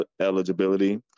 eligibility